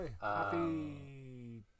happy